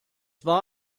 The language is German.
war